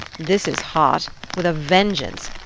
this is hot, with a vengeance.